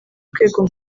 rwego